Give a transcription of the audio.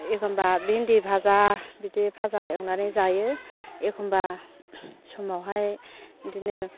एखमबा भिन्दि बाजा बिदि बाजा एवनानै जायो एखमबा समाव हाय बिदिनो